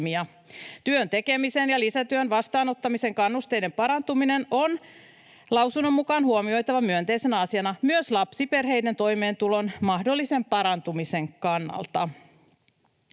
Työn tekemisen ja lisätyön vastaanottamisen kannusteiden parantuminen on lausunnon mukaan huomioitava myönteisenä asiana myös lapsiperheiden toimeentulon mahdollisen parantumisen kannalta.